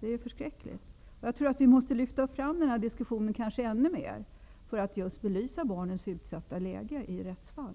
Det är förskräckligt! Kanske måste vi lyfta fram denna diskussion ännu mer för att just belysa barnens utsatta läge i rättsfall.